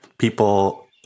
People